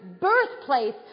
birthplace